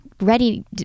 ready